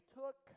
took